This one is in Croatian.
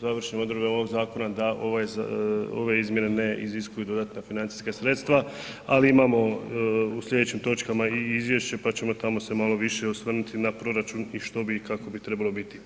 završnim odredbama ovog zakona da ove izmjene ne iziskuju dodatna financijska sredstva ali imamo u sljedećim točkama i izvješće pa ćemo tamo se malo više osvrnuti na proračun i što bi i kako bi trebalo biti.